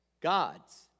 God's